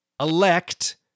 elect